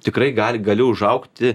tikrai gali gali užaugti